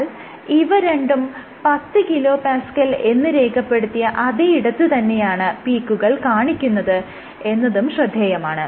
എന്നാൽ ഇവ രണ്ടും 10 kPa എന്ന് രേഖപ്പെടുത്തിയ അതെ ഇടത്ത് തന്നെയാണ് പീക്കുകൾ കാണിക്കുന്നത് എന്നതും ശ്രദ്ധേയമാണ്